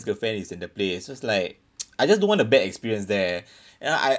ex girlfriend is in the place so it's like I just don't want a bad experience there you know I